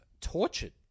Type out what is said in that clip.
tortured